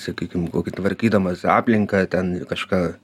sakykim kokį tvarkydamas aplinką ten kažką